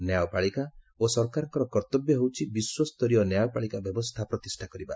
ନ୍ୟାୟପାଳିକା ଓ ସରକାରଙ୍କର କର୍ତ୍ତବ୍ୟ ହେଉଛି ବିଶ୍ୱସ୍ତରୀୟ ନ୍ୟାୟପାଳିକା ବ୍ୟବସ୍ଥା ପ୍ରତିଷ୍ଠା କରିବା